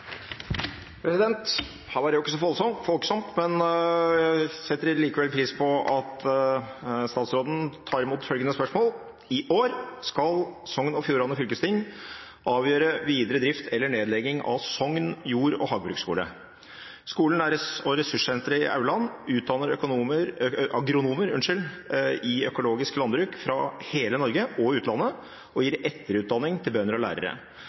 tettere. Her var det jo ikke så folksomt, men jeg setter likevel pris på at statsråden tar imot følgende spørsmål: «I juni d.å. skal Sogn og Fjordane fylkesting avgjøre videre drift eller nedlegging av Sogn Jord- og Hagebruksskule. Skolen og ressurssenteret i Aurland utdanner agronomer i økologisk landbruk fra hele Norge og utlandet, og gir etterutdanning til bønder og lærere.